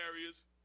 areas